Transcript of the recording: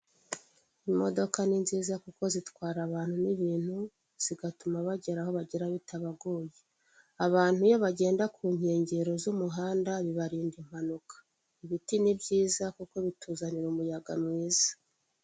Imodoka ni nziza kuko zitwara abantu n'ibintu zigatuma bagera iho bagera bitabagoye abantu iyo bagenda ku nyengero z'umuhanda bibarinda impanuka ibiti ni byiza kuko bituzanira umuyaga mwiza.